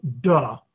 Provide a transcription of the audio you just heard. duh